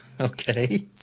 Okay